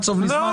קצוב לי זמן.